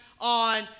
on